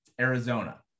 Arizona